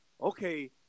okay